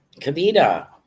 Kavita